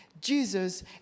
Jesus